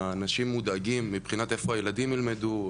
אנשים מודאגים מבחינת איפה הילדים ילמדו,